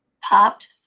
popped